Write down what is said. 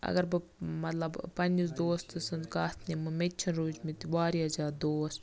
اَگَر بہٕ مَطلَب پننِس دوستہٕ سٕنٛز کَتھ نِمہٕ مےٚ تہِ چھ رودمٕتۍ وارِیاہ زیادٕ دوس